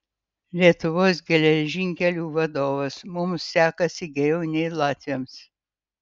lietuvos geležinkelių vadovas mums sekasi geriau nei latviams